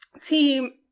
team